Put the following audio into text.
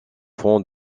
font